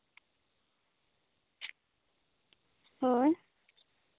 ᱦᱳᱭ